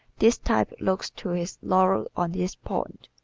this type looks to his laurels on this point.